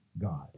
God